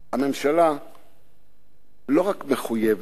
הממשלה מחויבת